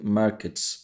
markets